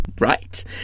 Right